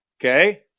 okay